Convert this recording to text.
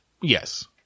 Yes